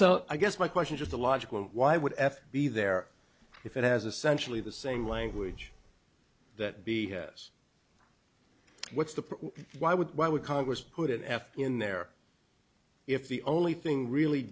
so i guess my question just the logical why would f be there if it has essentially the same language that b s what's the why would why would congress put an f in there if the only thing really